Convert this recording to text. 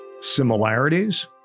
similarities